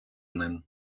ним